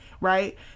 Right